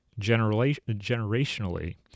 generationally